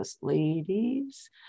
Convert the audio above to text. Ladies